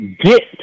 get